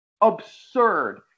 absurd